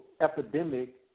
epidemic